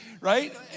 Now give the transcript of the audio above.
right